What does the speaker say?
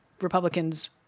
Republicans